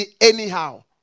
anyhow